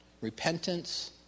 repentance